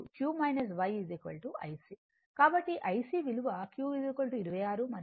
కాబట్టి IC విలువ q 26 మరియు y 11